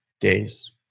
days